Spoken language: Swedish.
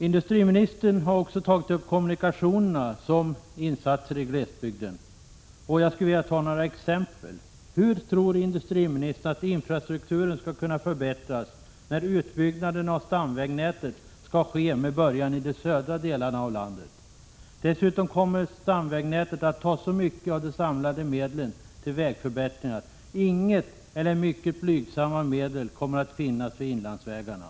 Industriministern har också tagit upp kommunikationerna som exempel på insatser i glesbygden. Jag skulle vilja ge några exempel på frågeställningar. Hur tror industriministern att infrastrukturen skall kunna förbättras, när utbyggnaden av stamvägnätet skall ske med början i de södra delarna av landet? Dessutom kommer stamvägnätet att ta så mycket av de samlade medlen till vägförbättringar att inga eller mycket blygsamma medel kommer att finnas för inlandsvägarna.